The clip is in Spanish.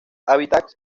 hábitats